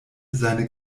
seine